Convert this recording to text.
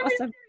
Awesome